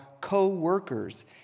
co-workers